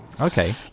Okay